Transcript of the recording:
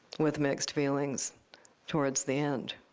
with mixed feelings towards the end.